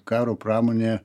karo pramonė